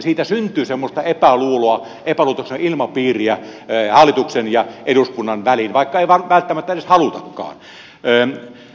siitä syntyy semmoista epäluuloa epäluottamuksen ilmapiiriä hallituksen ja eduskunnan väliin vaikka sitä ei välttämättä edes halutakaan